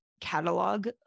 catalog